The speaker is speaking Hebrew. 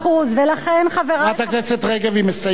חברת הכנסת רגב, היא מסיימת.